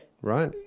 Right